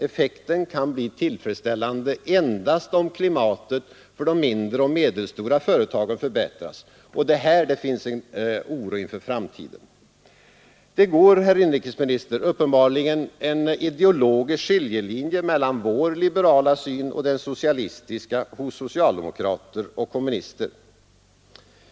Effekten kan bli tillfredsställande endast om klimatet för de mindre och medelstora företagen förbättras. Och det är här det finns en oro inför framtiden. Det går, herr inrikesminister, uppenbarligen en ideologisk skiljelinje mellan vår liberala syn och den socialistiska hos socialdemokrater och kommunister.